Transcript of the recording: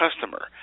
customer